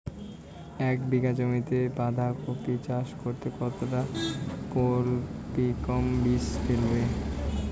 এক বিঘা জমিতে বাধাকপি চাষ করতে কতটা পপ্রীমকন বীজ ফেলবো?